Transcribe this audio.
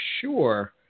sure